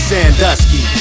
Sandusky